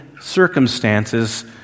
circumstances